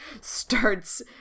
starts